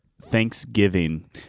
Thanksgiving